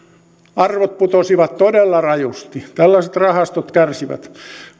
arvot putosivat todella rajusti tällaiset rahastot kärsivät